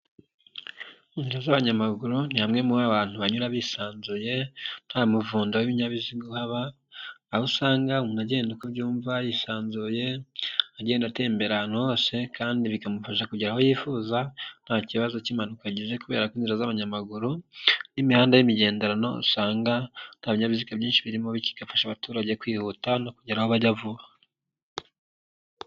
Inzira z'abanyamaguru ni hamwe muho abantu banyura bisanzuye nta muvundo w'ibinyabizigaba uhaba, aho usanga umuntu agenda uko abyumva yisanzuye, agenda atembera ahantu hose kandi bikamufasha kugera aho yifuza nta kibazo cy'impanuka agize kubera inzira z'abanyamaguru n'imihanda y'imigenderano usanga nta binyabiziga byinshi birimo bityo bigafasha abaturage kwihuta no kugera aho bajya vuba.